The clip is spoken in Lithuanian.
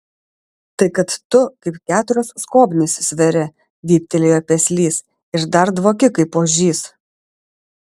tai kad tu kaip keturios skobnys sveri vyptelėjo peslys ir dar dvoki kaip ožys